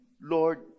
Lord